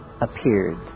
appeared